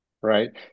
right